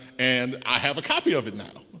and i have a copy of it now.